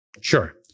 sure